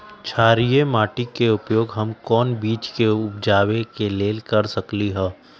क्षारिये माटी के उपयोग हम कोन बीज के उपजाबे के लेल कर सकली ह?